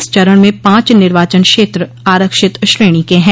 इस चरण में पांच निर्वाचन क्षेत्र आरक्षित श्रेणी के हैं